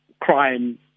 crime